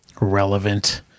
relevant